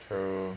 true